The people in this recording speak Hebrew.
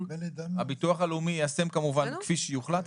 הביטוח הלאומי יישמם כמובן כפי שיוחלט,